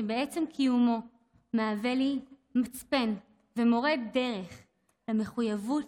שבעצם קיומו מהווה לי מצפן ומורה דרך למחויבות